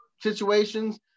situations